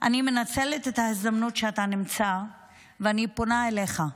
אני מנצלת את ההזדמנות שאתה נמצא ואני פונה אליך.